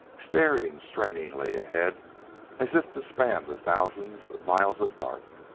staring strainingly ahead as if to span the thousands of miles of dark.